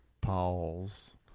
Pauls